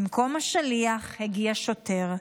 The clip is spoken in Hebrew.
במקום השליח הגיע שוטר.